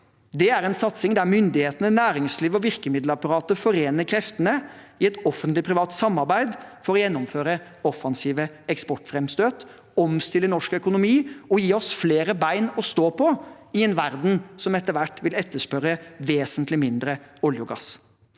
Det er en satsing der myndighetene, næringslivet og virkemiddelapparatet forener kreftene i et offentlig-privat samarbeid for å gjennomføre offensive eksportframstøt, omstille norsk økonomi og gi oss flere ben å stå på i en verden som etter hvert vil etterspørre vesentlig mindre olje og gass.